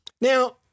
Now